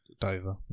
Dover